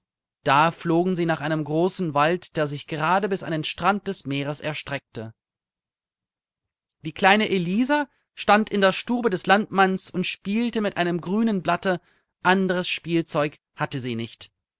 da flogen sie nach einem großen wald der sich gerade bis an den strand des meeres erstreckte die kleine elisa stand in der stube des landmanns und spielte mit einem grünen blatte anderes spielzeug hatte sie nicht